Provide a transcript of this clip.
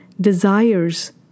desires